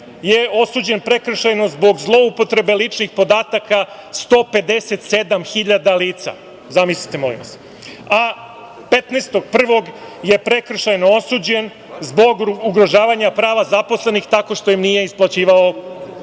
je osuđen prekršajno zbog zloupotrebe ličnih podataka 157.000 lica, zamislite, molim vas, a 15.01. je prekršajno osuđen zbog ugrožavanja prava zaposlenih, tako što im nije isplaćivao